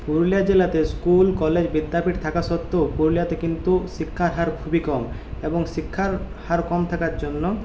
পুরুলিয়া জেলাতে school college বিদ্যাপীঠ থাকা সত্ত্বেও পুরুলিয়াতে কিন্তু শিক্ষার হার খুবই কম এবং শিক্ষার হার কম থাকার জন্য